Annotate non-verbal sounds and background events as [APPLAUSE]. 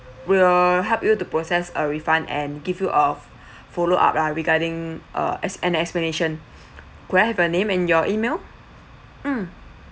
we'll help you to process a refund and give you of [BREATH] follow up lah regarding uh as an explanation could I have your name and your email mm